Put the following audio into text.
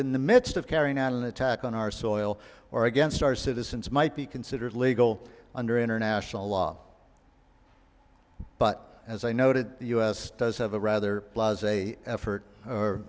in the midst of carrying out an attack on our soil or against our citizens might be considered legal under international law but as i noted the u s does have a rather say effort or